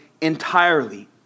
entirely